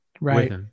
Right